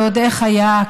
ועוד איך היה,